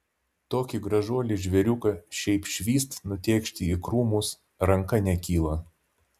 tokį gražuolį žvėriuką šiaip švyst nutėkšti į krūmus ranka nekyla